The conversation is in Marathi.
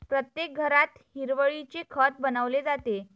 प्रत्येक घरात हिरवळीचे खत बनवले जाते